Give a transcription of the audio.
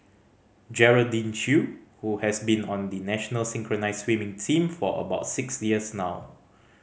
Geraldine Chew who has been on the national synchronised swimming team for about six years now